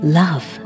love